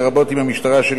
לרבות אם המשטרה,